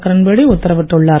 கிரண்பேடி உத்தரவிட்டுள்ளார்